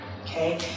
Okay